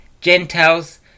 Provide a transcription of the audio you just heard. Gentiles